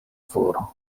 for